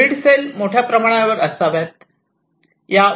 grid cell मोठ्या प्रमाणावर असाव्यात